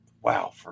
wow